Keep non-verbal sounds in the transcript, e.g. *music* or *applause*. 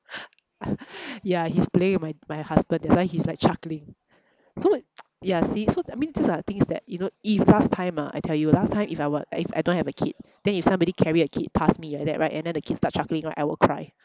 *breath* ya he's playing with my my husband that's why he's like chuckling so *noise* ya see so that means these are things that you know if last time ah I tell you last time if I were if I don't have a kid then if somebody carry a kid past me like that right and then the kid start chuckling right I will cry